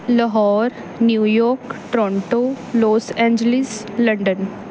Lahore New York Toronto Los Angeles London